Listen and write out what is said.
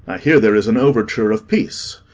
hear there is an overture of peace.